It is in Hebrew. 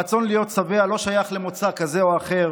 הרצון להיות שבע לא שייך למוצא כזה או אחר,